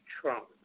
Trump